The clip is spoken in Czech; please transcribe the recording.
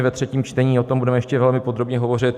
Ve třetím čtení o tom budeme ještě velmi podrobně hovořit.